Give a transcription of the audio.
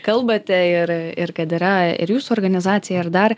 kalbate ir ir kad yra ir jūsų organizacija ir dar